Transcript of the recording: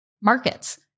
markets